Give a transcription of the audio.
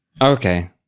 Okay